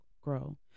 grow